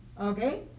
Okay